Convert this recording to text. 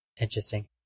Interesting